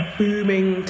booming